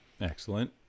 Excellent